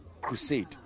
crusade